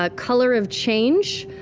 ah color of change,